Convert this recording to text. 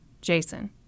Jason